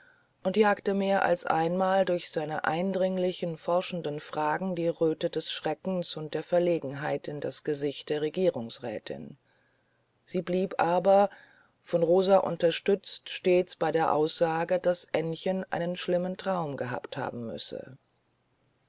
und jagte mehr als einmal durch seine eindringlichen forschendem fragen die röte des schreckens und der verlegenheit in das gesicht der regierungsrätin sie blieb aber von rosa unterstützt stets bei dem ausspruche daß aennchen einen schlimmen traum gehabt haben müsse